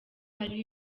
hariho